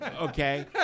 okay